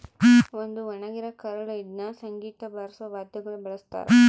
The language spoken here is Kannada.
ಒಂದು ಒಣಗಿರ ಕರಳು ಇದ್ನ ಸಂಗೀತ ಬಾರ್ಸೋ ವಾದ್ಯಗುಳ ಬಳಸ್ತಾರ